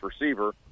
receiver